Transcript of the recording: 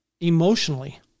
emotionally